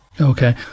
Okay